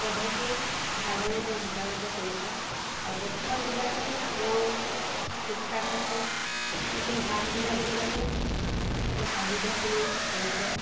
পদ্ধতিৰ ভাল ধৰণে তেওঁ সুচাৰুৰূপে কৰিছে আৰু প্ৰতিখন জিলাতেই তেওঁ শিক্ষাৰ ক্ষেত্ৰত যিখিনি সা সুবিধা দিব লাগে সেই সা সুবিধাখিনি কৰিছে